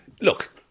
look